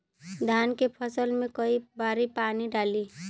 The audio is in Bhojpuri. धान के फसल मे कई बारी पानी डाली?